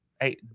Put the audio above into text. Hey